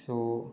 so